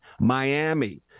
Miami